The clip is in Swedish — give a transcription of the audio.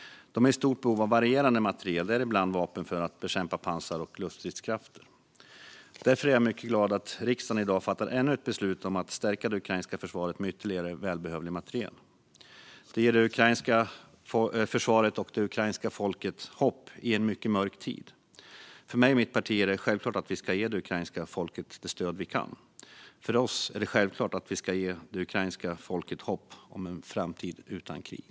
De är i stort behov av varierande materiel, däribland vapen för att bekämpa pansar och luftstridskrafter. Därför är jag mycket glad över att riksdagen i dag kommer att fatta ännu ett beslut om att stärka det ukrainska försvaret med ytterligare välbehövlig materiel. Det ger det ukrainska försvaret och det ukrainska folket hopp i en mycket mörk tid. För mig och mitt parti är det självklart att vi ska ge det ukrainska folket det stöd vi kan. För oss är det självklart att vi ska ge det ukrainska folket hopp om en framtid utan krig.